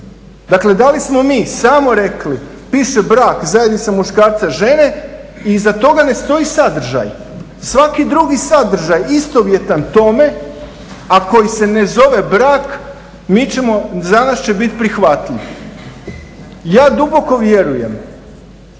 Dakle, da li smo mi samo rekli piše brak zajednica muškarca i žene i iza toga ne stoji sadržaj. Svaki drugi sadržaj istovjetan tome, a koji se ne zove brak mi ćemo, za nas će biti prihvatljiv. Ja duboko vjerujem